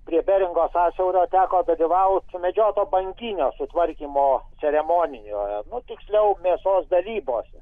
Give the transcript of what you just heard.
prie beringo sąsiaurio teko dalyvaut sumedžioto banginio sutvarkymo ceremonijoje nu tiksliau mėsos dalybose